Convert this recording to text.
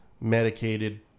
medicated